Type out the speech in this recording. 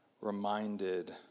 reminded